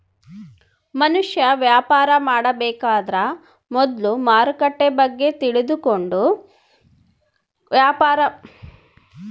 ಮನುಷ್ಯ ವ್ಯಾಪಾರ ಮಾಡಬೇಕಾದ್ರ ಮೊದ್ಲು ಮಾರುಕಟ್ಟೆ ಬಗ್ಗೆ ತಿಳಕಂಡು ವ್ಯಾಪಾರ ಮಾಡಬೇಕ ಇಲ್ಲಂದ್ರ ನಷ್ಟ ಆತತೆ